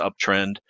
uptrend